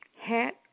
hat